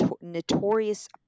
notorious